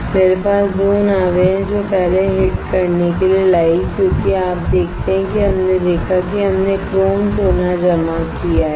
मेरे पास 2 नावें हैं जो पहले हिट करने के लिए लाईं गई क्योंकि आप देखते हैं कि हमने देखा है कि हमने क्रोम गोल्ड जमा किया है